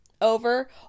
over